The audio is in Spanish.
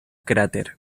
cráter